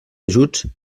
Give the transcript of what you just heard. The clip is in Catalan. ajuts